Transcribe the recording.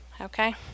okay